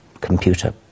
computer